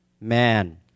man